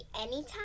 anytime